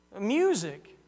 Music